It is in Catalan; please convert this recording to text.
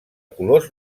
colors